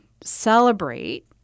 celebrate